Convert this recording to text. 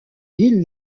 ville